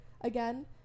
again